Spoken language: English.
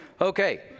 Okay